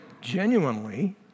genuinely